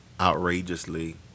outrageously